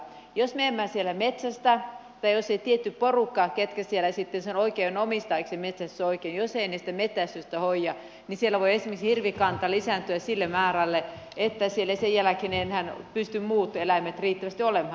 jos me emme siellä metsästä tai jos ei tietty porukka joka siellä sitten sen metsästysoikeuden omistaa sitä metsästystä hoida niin siellä voi esimerkiksi hirvikanta lisääntyä sille määrälle että siellä eivät sen jälkeen enää pysty muut eläimet riittävästi olemaan